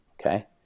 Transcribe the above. okay